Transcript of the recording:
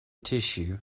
tissue